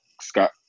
Scott